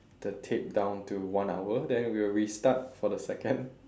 the tape down to one hour then we'll restart for the second